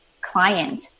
client